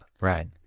right